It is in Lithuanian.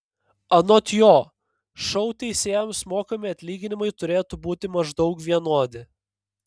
anot jo šou teisėjams mokami atlyginimai turėtų būti maždaug vienodi